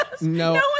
no